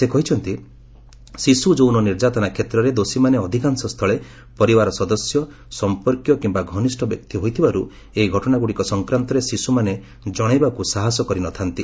ସେ କହିଛନ୍ତି ଶିଶୁ ଶିଶୁ ନିର୍ଯାତନା କ୍ଷେତ୍ରରେ ଦୋଷୀମାନେ ଅଧିକାଂଶସ୍ଥଳେ ପରିବାର ସଦସ୍ୟ ସମ୍ପର୍କୀୟ କିମ୍ବା ଘନିଷ୍ଠ ବ୍ୟକ୍ତି ହୋଇଥିବାରୁ ଏହି ଘଟଣାଗୁଡ଼ିକ ସଂକ୍ରାନ୍ତରେ ଶିଶୁମାନେ ଜଣାଇବାକୁ ସାହସ କରି ନ ଥା'ନ୍ତି